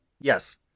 Yes